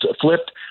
flipped